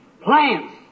plants